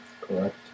correct